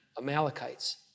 Amalekites